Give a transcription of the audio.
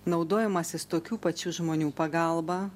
naudojimasis tokių pačių žmonių pagalba